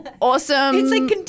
awesome